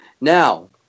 Now